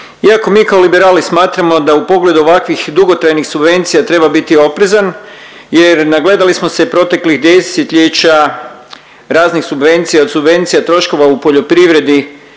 Iako mi kao liberali smatramo da u pogledu ovakvih dugotrajnih subvencija treba biti oprezan jer nagledali smo se proteklih desetljeća raznih subvencija od subvencija troškova u poljoprivredi